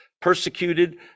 persecuted